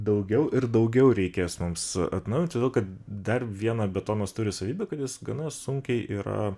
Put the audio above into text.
daugiau ir daugiau reikės mums atnaujint todėl kad dar vieną betonas turi savybę kad jis gana sunkiai yra